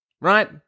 right